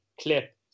clip